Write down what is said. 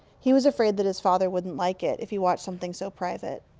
he was afraid that his father wouldn't like it, if he watched something so private.